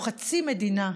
או חצי מדינה,